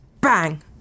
bang